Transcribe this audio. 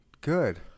Good